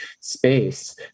space